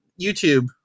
YouTube